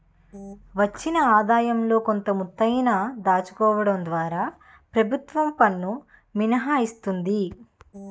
వచ్చిన ఆదాయంలో కొంత మొత్తాన్ని దాచుకోవడం ద్వారా ప్రభుత్వం పన్ను మినహాయిస్తుంది